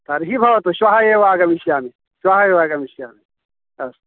तर्हि भवतु श्वः एव आगमिष्यामि श्वः एव आगमिष्यामि अस्तु